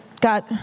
got